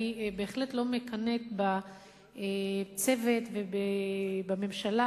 אני בהחלט לא מקנאת בצוות ובממשלה,